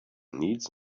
needs